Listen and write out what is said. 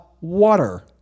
water